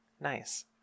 Nice